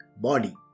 body